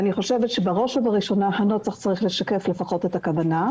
בראש ובראשונה, הנוסח צריך לשקף לפחות את הכוונה.